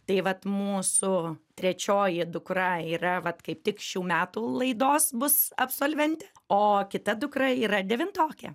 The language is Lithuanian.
tai vat mūsų trečioji dukra yra vat kaip tik šių metų laidos bus absolventė o kita dukra yra devintokė